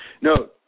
No